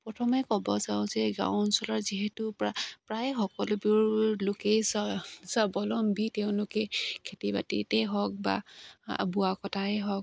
প্ৰথমে ক'ব যাওঁ যে গাঁও অঞ্চলৰ যিহেতু প্ৰায় সকলোবোৰ লোকেই স্বাৱলম্বী তেওঁলোকেই খেতি বাতিতেই হওক বা বোৱা কটাই হওক